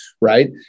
right